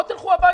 או שתלכו הביתה.